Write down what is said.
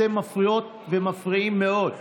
אתן מפריעות ומפריעים מאוד.